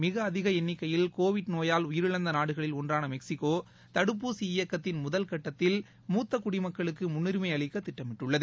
மிகஅதிகஎண்ணிக்கையில் Covid உலகில் நோயால் உயிரிழந்தநாடுகளில் ஒன்றானமெக்ஸிகோதடுப்பூசி இயக்கத்தின் முதல்கட்டத்தில் மூத்தகுடிமக்களுக்குமுன்னுரிமைஅளிக்கதிட்டமிட்டுள்ளது